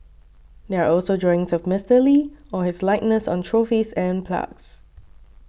there are also drawings of Mister Lee or his likeness on trophies and plagues